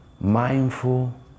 mindful